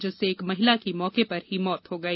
जिससे एक महिला की मौके पर ही मौत हो गई